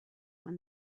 when